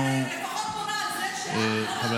אני לפחות בונה על זה שאת לא תחזרי.